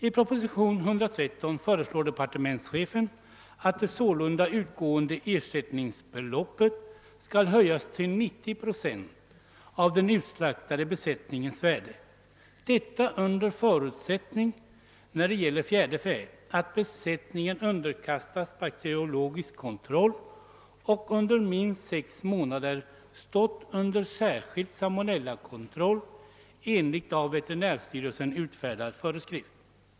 I propositionen 113 föreslår departementschefen, att det sålunda utgående ersättningsbeloppet skall höjas till 90 procent av den utslaktade besättningens värde under förutsättning att, när det gäller fjäderfä, besättningen underkastas bakteriologisk kontroll och att den under minst sex månader stått under särskild salmonellakontroll enligt av veterinärstyrelsen utfärdad föreskrift.